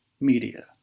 media